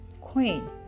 queen